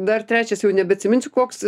dar trečias jau nebeatsiminsiu koks